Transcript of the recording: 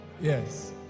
Yes